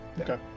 Okay